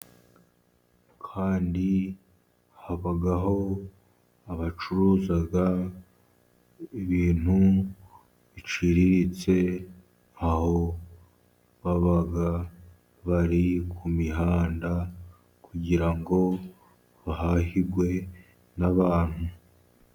Kandi habaho abacuruza ibintu biciriritse, aho baba bari ku mihanda kugira ngo bahahirwe n'abantu.